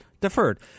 deferred